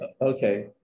Okay